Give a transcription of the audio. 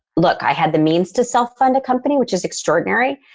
look, i had the means to self-fund a company, which is extraordinary.